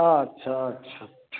अच्छा अच्छा